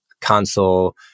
console